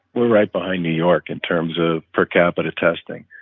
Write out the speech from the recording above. we're right behind new york in terms of per capita testing.